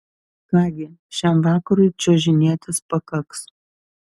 ką gi šiam vakarui čiuožinėtis pakaks